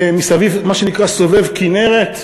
במה שנקרא "סובב כינרת",